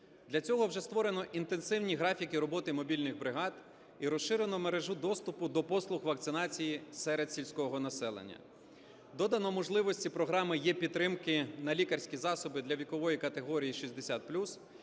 Для цього вже створено інтенсивні графіки роботи мобільних бригад і розширено мережу доступу до послуг вакцинації серед сільського населення. Додано можливості до програми "єПідтримка" на лікарські засоби для вікової категорії "60